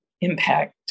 impact